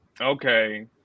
Okay